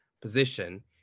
position